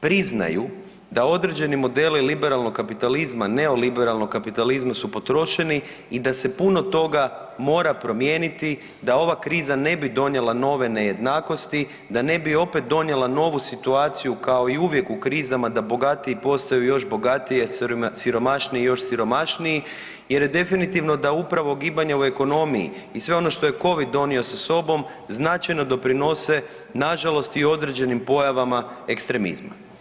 priznaju da određeni modeli liberalnog kapitalizma, neoliberalnog kapitalizma su potrošeni i da se puno toga mora promijeniti da ova kriza ne bi donijela nove nejednakosti, da ne bi opet donijela novu situaciju kao i uvijek u krizama da bogatiji postaju još bogatiji, a siromašniji još siromašniji, jer je definitivno da upravo gibanja u ekonomiji i sve ono što je Covid donio sa sobom značajno doprinose nažalost i određenim pojavama ekstremizma.